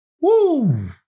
Woo